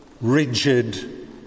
rigid